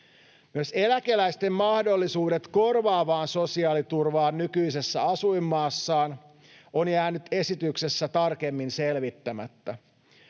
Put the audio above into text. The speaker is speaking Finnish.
Myös eläkeläisten mahdollisuus korvaavaan sosiaaliturvaan nykyisessä asuinmaassaan on jäänyt esityksessä tarkemmin selvittämättä.